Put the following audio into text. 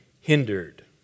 hindered